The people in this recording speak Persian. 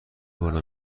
بالا